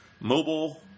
mobile